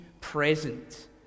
present